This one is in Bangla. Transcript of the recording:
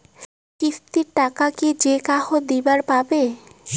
কিস্তির টাকা কি যেকাহো দিবার পাবে?